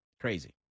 Crazy